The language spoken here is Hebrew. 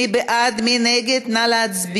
של קבוצת סיעת יש עתיד